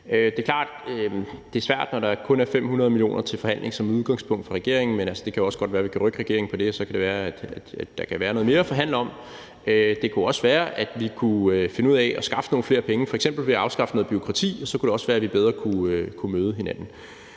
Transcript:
det er svært, når regeringen som udgangspunkt kun har 500 mio. kr. til forhandling, men det kan også godt være, at vi kan rykke regeringen på det, og så kan det være, at der kan være noget mere at forhandle om. Det kunne også være, at vi kunne finde ud af at skaffe nogle flere penge, f.eks. ved at afskaffe noget bureaukrati. Så kunne det også være, at vi bedre kunne møde hinanden.